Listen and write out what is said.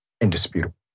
indisputable